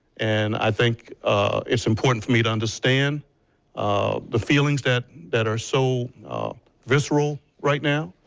and, i think it's important for me to understand um the feelings that that are so visceral right now.